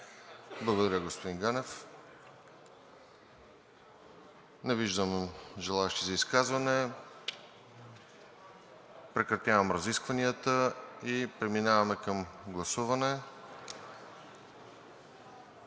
Благодаря, господин Ганев. Не виждам желаещи за изказване. Прекратявам разискванията и преминаваме към гласуване.